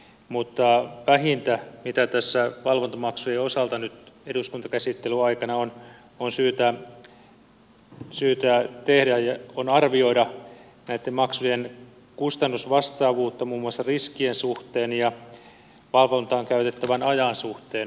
mutta vähintä mitä tässä valvontamaksujen osalta nyt eduskuntakäsittelyn aikana on syytä tehdä on arvioida näitten maksujen kustannusvastaavuutta muun muassa riskien suhteen ja valvontaan käytettävän ajan suhteen